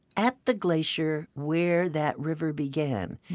at the glacier where that river began.